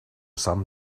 some